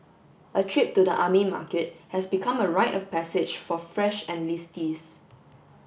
a trip to the army market has become a rite of passage for fresh enlistees